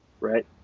Right